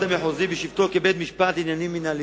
המחוזי בשבתו כבית-משפט לעניינים מינהליים.